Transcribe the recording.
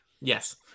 Yes